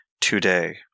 today